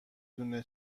دونه